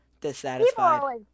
dissatisfied